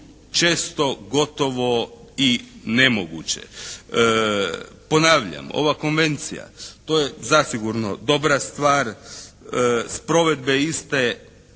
često gotovo i nemoguće. Ponavljam. Ova konvencija, to je zasigurno dobra stvar. S provedba iste